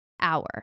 hour